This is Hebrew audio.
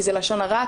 כי זה לשון הרע,